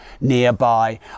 nearby